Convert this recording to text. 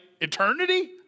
eternity